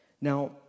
Now